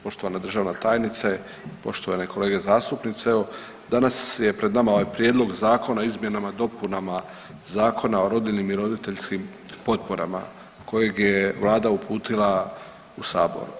Poštovana državna tajnice, poštovane kolege zastupnice evo danas je pred nama ovaj Prijedlog Zakona o izmjenama i dopunama Zakona o rodiljnim i roditeljskim potporama kojeg je vlada uputila u sabor.